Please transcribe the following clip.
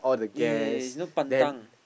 ya ya ya it's not pantang